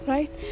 Right